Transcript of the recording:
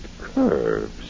curves